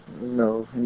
no